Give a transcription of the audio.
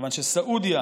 כיוון שסעודיה